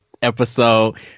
episode